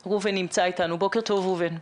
בוקר טוב ראובן.